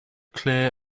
clear